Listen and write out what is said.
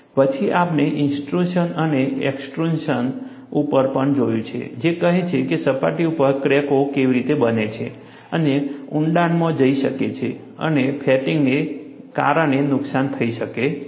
પછી આપણે ઇન્ટ્રુશન અને એક્સટ્રુઝન ઉપર પણ જોયું જે કહે છે કે સપાટી ઉપર ક્રેકો કેવી રીતે બને છે અને ઊંડાણમાં જઈ શકે છે અને ફેટિગને કારણે નુકસાન થઈ શકે છે